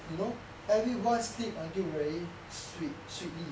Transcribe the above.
you know everyone sleep until very sweet sweet sweetly